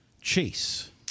Chase